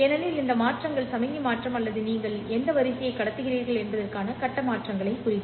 ஏனெனில் இந்த மாற்றங்கள் சமிக்ஞை மாற்றம் அல்லது நீங்கள் எந்த வரிசையை கடத்துகிறீர்கள் என்பதற்கான கட்ட மாற்றங்களை குறிக்கும்